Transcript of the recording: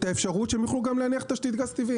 האפשרות שהם יוכלו גם להניח תשתית גז טבעי.